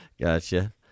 Gotcha